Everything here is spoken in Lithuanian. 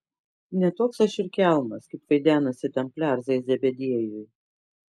ne toks aš ir kelmas kaip vaidenasi tam plerzai zebediejui